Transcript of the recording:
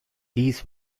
dies